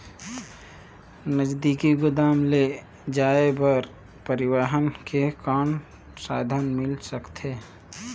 नजदीकी गोदाम ले जाय बर परिवहन के कौन साधन मिल सकथे?